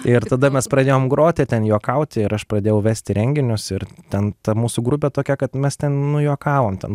ir tada mes pradėjom groti ten juokauti ir aš pradėjau vesti renginius ir ten ta mūsų grupė tokia kad mes ten nu juokavom ten